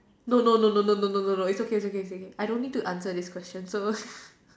no no no no no no it's okay it's okay it's okay I don't need to answer this question so